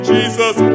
Jesus